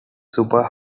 super